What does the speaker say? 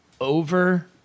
over